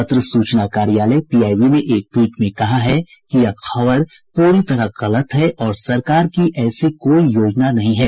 पत्र सूचना कार्यालय पीआईबी ने एक ट्वीट में कहा है कि यह खबर पूरी तरह गलत है और सरकार की ऐसी कोई योजना नहीं है